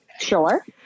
Sure